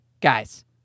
guys